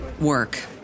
work